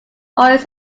always